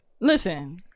Listen